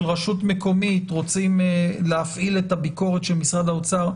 רשות מקומית רוצים להפעיל את הביקורת של משרד האוצר.